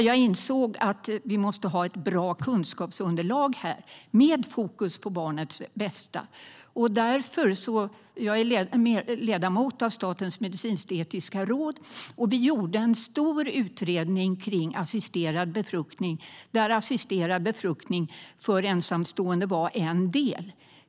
Jag insåg att vi måste ha ett bra kunskapsunderlag med fokus på barnets bästa. Jag är ledamot av Statens medicinsk-etiska råd, och vi gjorde en stor utredning om assisterad befruktning där assisterad befruktning för ensamstående var en del.